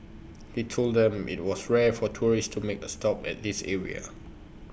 he told them that IT was rare for tourists to make A stop at this area